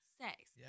Sex